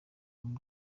muri